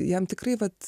jam tikrai vat